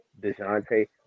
DeJounte